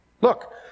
Look